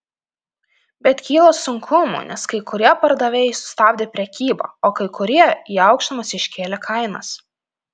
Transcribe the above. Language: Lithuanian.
bet kyla sunkumų nes kai kurie pardavėjai sustabdė prekybą o kai kurie į aukštumas iškėlė kainas